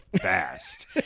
fast